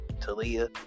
Talia